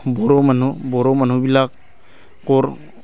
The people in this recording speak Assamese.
বড়ো মানুহ বড়ো মানুহবিলাক ক'ৰ